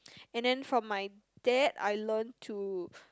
and then from my dad I learn to